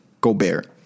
Gobert